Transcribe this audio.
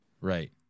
Right